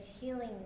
healing